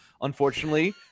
Unfortunately